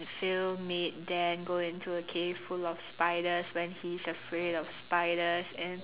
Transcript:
Phil made Dan go into a cave full of spiders when he's afraid of spiders and